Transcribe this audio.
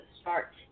start